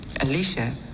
Alicia